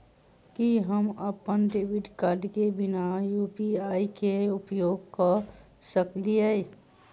की हम अप्पन debit card केँ बिना यु.पी.आई केँ उपयोग करऽ सकलिये?